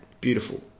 Beautiful